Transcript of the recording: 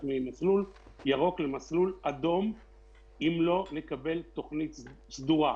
ממסלול ירוק למסלול אדום אם לא נקבל תוכנית סדורה.